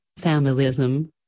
Familism